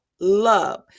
love